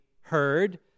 heard